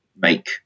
make